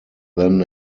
then